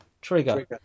Trigger